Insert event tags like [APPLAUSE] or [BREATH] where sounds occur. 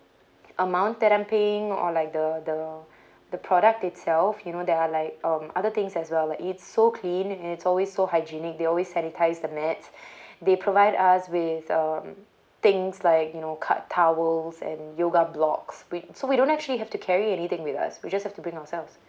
amount that I'm paying or like the the the product itself you know there are like um other things as well like it's so clean and it's always so hygienic they always sanitise the mats [BREATH] they provide us with um things like you know cut towels and yoga blocks wi~ so we don't actually have to carry anything with us we just have to bring ourselves